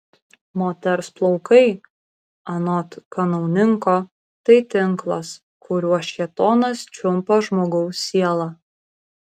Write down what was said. moters plaukai anot kanauninko tai tinklas kuriuo šėtonas čiumpa žmogaus sielą